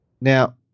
Now